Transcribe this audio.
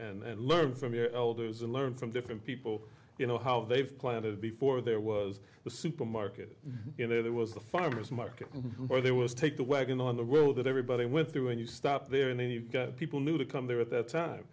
know and learn from your elders and learn from different people you know how they've planted before there was the supermarket you know there was a farmer's market or there was take the wagon on the world that everybody went through and you stop there and then you've got people new to come there at that time